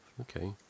okay